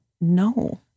no